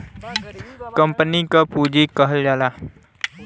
company क पुँजी कहल जाला